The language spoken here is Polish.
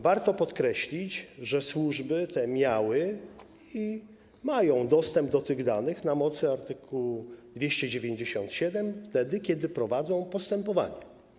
Warto podkreślić, że służby te miały i mają dostęp do tych danych na mocy art. 297 wtedy, kiedy prowadzą postępowanie.